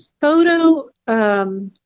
photo